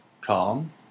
calm